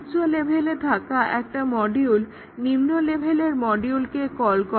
উচ্চ লেভেলের থাকা একটা মডিউল নিম্ন লেভেলের মডিউলকে কল করে